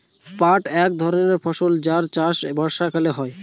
পাট এক ধরনের ফসল যার চাষ বর্ষাকালে হয়